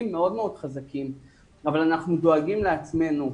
מאוד מאוד חזקים אבל אנחנו דואגים לעצמנו.